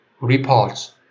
reports